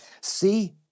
See